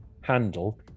handle